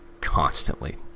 constantly